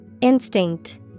Instinct